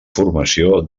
formació